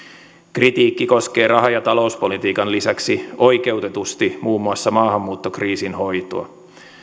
kritiikki koskee raha ja talouspolitiikan lisäksi oikeutetusti muun muassa maahanmuuttokriisin hoitoa